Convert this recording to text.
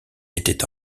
était